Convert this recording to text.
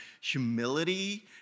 humility